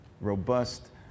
robust